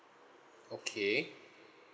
okay